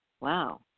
Wow